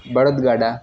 બળદગાડા